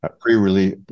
pre-release